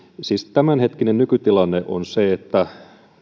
siis tämänhetkinen nykytilanne on se että